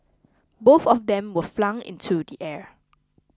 both of them were flung into the air